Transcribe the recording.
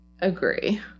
Agree